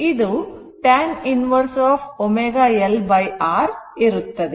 ಇದು tan inverse ω L R ಇರುತ್ತದೆ